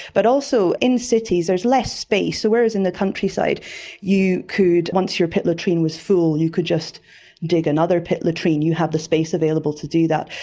but also in cities there is less space. so whereas in the countryside you could, once your pit latrine was full you could just dig another pit latrine, you have the space available to do that.